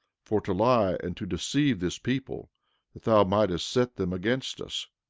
for to lie and to deceive this people that thou mightest set them against us,